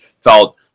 felt